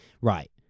right